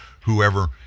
whoever